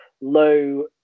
low